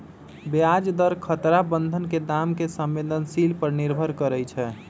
ब्याज दर खतरा बन्धन के दाम के संवेदनशील पर निर्भर करइ छै